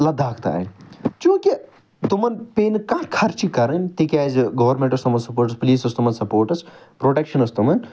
لَداخ تانۍ چونٛکہ تِمن پیٚے نہٕ کانٛہہ خَرچہ کَرٕنۍ تِکیٛازِ گورمیٚنٛٹ اوس تِمن سَپورٹَس پولیٖس اوس تِمن سَپورٹَس پروٚٹیٚکشَن ٲس تِمَن